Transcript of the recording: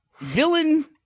villain